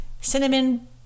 cinnamon